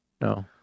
No